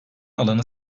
alanı